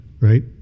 Right